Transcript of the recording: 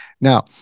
Now